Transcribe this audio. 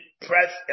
press